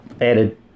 added